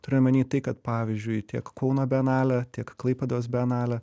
turiu omeny tai kad pavyzdžiui tiek kauno bienalė tiek klaipėdos bienalė